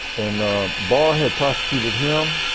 and barr had prosecuted him